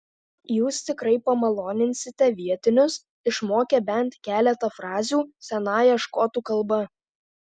jūs tikrai pamaloninsite vietinius išmokę bent keletą frazių senąją škotų kalba